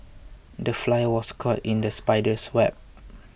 the fly was caught in the spider's web